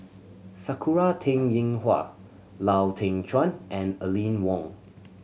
Sakura Teng Ying Hua Lau Teng Chuan and Aline Wong